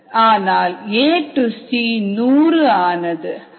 ஆனால் A C 100 ஆனது